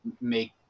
make